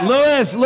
Lewis